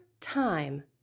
time